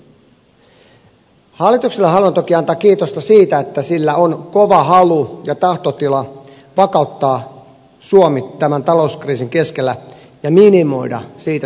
hallitukselle haluan toki antaa kiitosta siitä että sillä on kova halu ja tahtotila vakauttaa suomi tämän talouskriisin keskellä ja minimoida siitä syntyvät vahingot